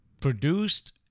produced